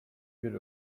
bir